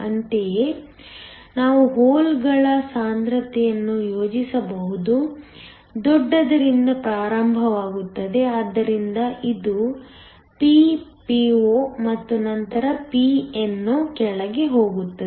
ಅಂತೆಯೇ ನಾವು ಹೋಲ್ಗಳ ಸಾಂದ್ರತೆಯನ್ನು ಯೋಜಿಸಬಹುದು ದೊಡ್ಡದರಿಂದ ಪ್ರಾರಂಭವಾಗುತ್ತದೆ ಆದ್ದರಿಂದ ಇದು Ppo ಮತ್ತು ನಂತರ Pno ಕೆಳಗೆ ಹೋಗುತ್ತದೆ